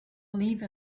leave